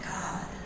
God